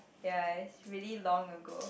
ya it's really long ago